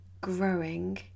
growing